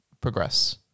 progress